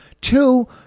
two